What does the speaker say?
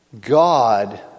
God